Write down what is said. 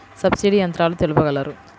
Subsidy యంత్రాలు తెలుపగలరు?